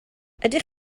ydych